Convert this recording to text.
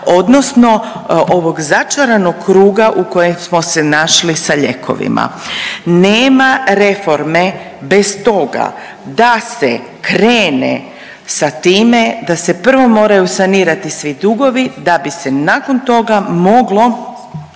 odnosno ovog začaranog kruga u kojem smo se našli sa lijekovima. Nema reforme bez toga da se krene sa time da se prvo moraju sanirati svi dugovi da bi se nakon toga moglo